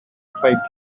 played